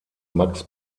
max